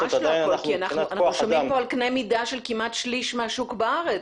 ממש לא הכול כי אנחנו שומעים כאן על קנה מידה של כמעט שליש מהשוק בארץ